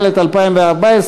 מזון לבעלי-חיים,